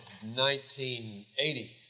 1980